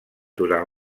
durant